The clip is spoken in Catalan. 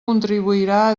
contribuirà